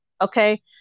Okay